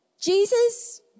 Jesus